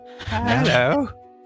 Hello